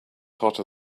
hotter